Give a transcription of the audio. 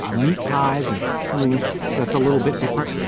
ah meat pies or something that's a little bit different.